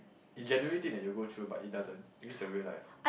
you generally think that you'll go through but it doesn't it means your real life